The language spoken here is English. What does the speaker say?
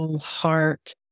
heart